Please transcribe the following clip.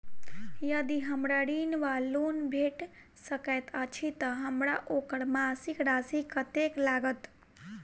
यदि हमरा ऋण वा लोन भेट सकैत अछि तऽ हमरा ओकर मासिक राशि कत्तेक लागत?